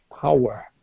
power